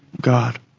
God